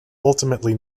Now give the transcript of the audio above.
ultimately